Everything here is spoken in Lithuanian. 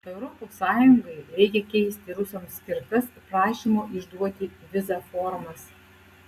europos sąjungai reikia keisti rusams skirtas prašymo išduoti vizą formas